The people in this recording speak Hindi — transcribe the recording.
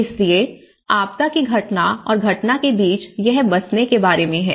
इसलिए आपदा की घटना और घटना के बीच यह बताने के बारे में है